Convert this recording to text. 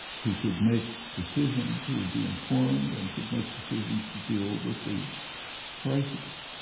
who could make decisions, who would be informed and could make decisions to deal with the crises.